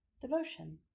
Devotion